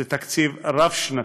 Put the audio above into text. זה תקציב רב-שנתי,